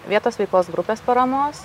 vietos veiklos grupės paramos